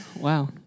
Wow